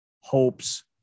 hopes